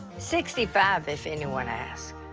sixty five if anyone asks.